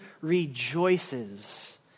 rejoices